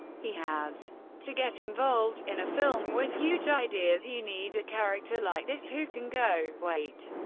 he has to get involved. in a film with huge ideas, you need a character like this, who can go wait.